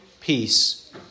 Peace